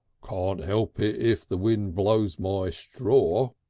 can't help it, if the wind blows my stror,